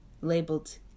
labeled